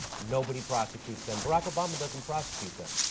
nobody prosecutes them. barack obama doesn't prosecute them.